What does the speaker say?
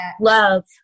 love